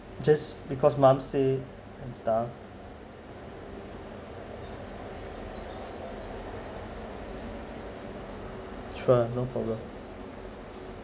just because mum say and stuff sure no problem